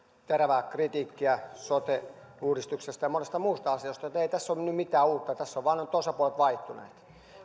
terävää kritiikkiä sote uudistuksesta ja monesta muusta asiasta ei tässä ole nyt mitään uutta tässä ovat nyt vain osapuolet vaihtuneet